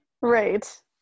Right